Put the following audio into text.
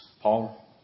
Paul